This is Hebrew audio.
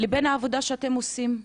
לבין העבודה שאתם עושים.